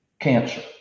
cancer